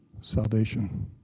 salvation